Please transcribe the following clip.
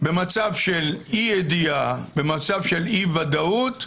במצב של אי ידיעה, במצב של אי ודאות,